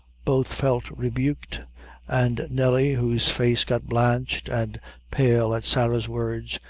both felt rebuked and nelly, whose face got blanched and pale at sarah's words,